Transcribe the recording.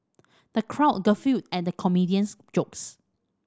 the crowd guffawed at the comedian's jokes